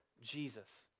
Jesus